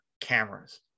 cameras